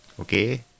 Okay